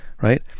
right